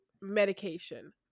medication